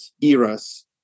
eras